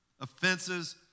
Offenses